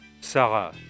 Sarah